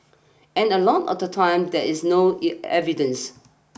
and a lot of the time there is no evidence